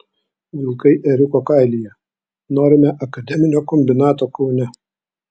vilkai ėriuko kailyje norime akademinio kombinato kaune